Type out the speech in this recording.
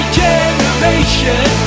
generation